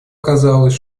казалось